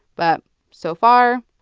but so far,